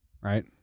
Right